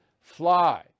fly